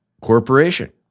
corporation